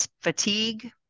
fatigue